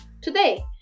today